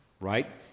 right